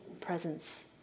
presence